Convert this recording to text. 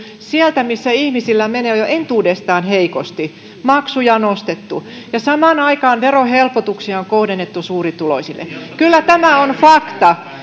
sieltä missä ihmisillä menee jo jo entuudestaan heikosti maksuja on nostettu ja samaan aikaan verohelpotuksia on kohdennettu suurituloisille kyllä tämä on fakta